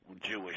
Jewish